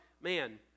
man